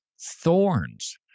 thorns